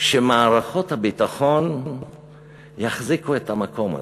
שמערכות הביטחון יחזיקו את המקום הזה.